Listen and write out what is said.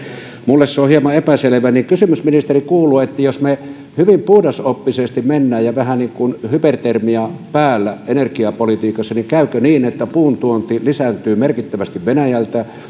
minulle se on hieman epäselvää niin kysymys ministeri kuuluu jos me hyvin puhdasoppisesti menemme ja vähän niin kuin hypertermia päällä energiapolitiikassa niin käykö niin että puun tuonti lisääntyy merkittävästi venäjältä